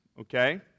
okay